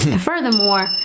Furthermore